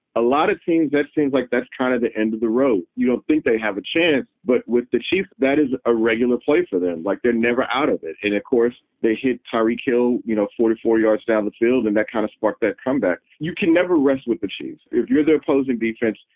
a lot it seems. that seems like that's kind of the end of the road. you don't think they have a chance, but with the chiefs, that is a regular play for them like they're never out of it. and of course, they hit tyreek hill, you know, forty four yards down the field. and that kind of sparked that comeback. you can never rest with the chiefs if you're the opposing defense.